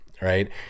right